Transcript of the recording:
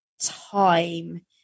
time